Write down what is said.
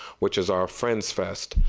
which is our friend felt.